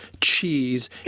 Cheese